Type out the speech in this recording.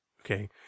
Okay